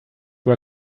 were